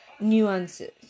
nuances